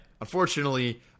Unfortunately